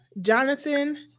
Jonathan